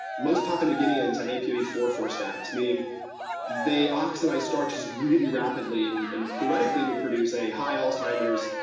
most papua new guineans have a p o e four four status, meaning they oxidize starches really rapidly, and and theoretically would produce a high alzheimer's,